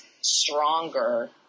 stronger